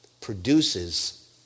produces